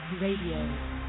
Radio